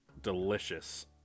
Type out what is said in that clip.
delicious